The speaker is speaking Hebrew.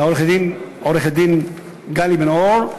לעורכת-דין גלי בן-אור.